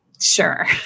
Sure